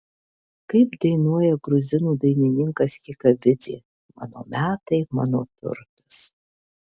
kaip dainuoja gruzinų dainininkas kikabidzė mano metai mano turtas